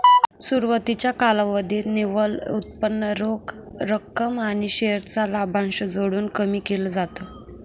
सुरवातीच्या कालावधीत निव्वळ उत्पन्न रोख रक्कम आणि शेअर चा लाभांश जोडून कमी केल जात